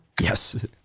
Yes